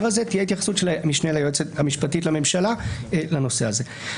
הזה תהיה התייחסות של המשנה ליועצת המשפטית לממשלה לנושא הזה.